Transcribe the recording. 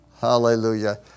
Hallelujah